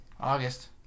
August